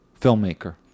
filmmaker